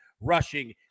rushing